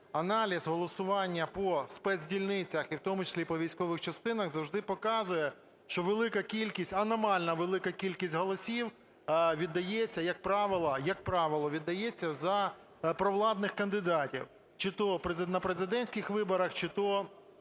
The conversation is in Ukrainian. Аналіз голосування по спецдільницях і в тому числі по військових частинах завжди показує, що велика кількість, аномально велика кількість голосів віддається, як правило, як правило, віддається за провладних кандидатів, чи то на президентських виборах, чи то